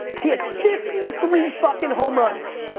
he had fifty three fucking homeruns.